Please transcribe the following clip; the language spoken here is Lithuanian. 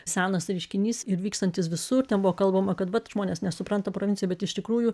senas reiškinys ir vykstantis visur ten buvo kalbama kad vat žmonės nesupranta provincijoj bet iš tikrųjų